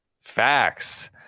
facts